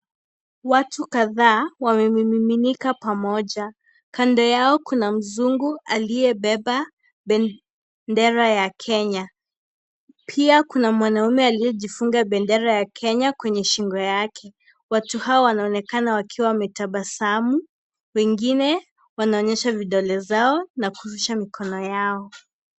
Watu kadhaa wamemiminika pamoja, kando yao kuna Mzungu aliyebeba bendera ya Kenya pia kuna mwanamme aliyejifunga bendera ya Kenya kwenye shingo yake. Watu hawa wanaonekana wakiwa wametabasamu , wengine wanaonyesha vidole zao na kurusha mikono yao.